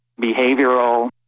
behavioral